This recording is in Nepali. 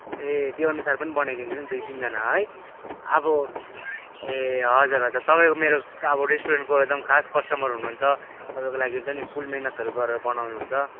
ए त्यो अनुसार पनि बनाइदिन्छु नि दुई तिनजाना है अब ए हजुर हजुर तपाईँ त मेरो अब रेस्टुरेन्टको एकदम खास कस्टमर हुनुहुन्छ तपाईँको लागि हुन्छ नि फुल मेहनतहरू गरेर बनाउनु हुन्छ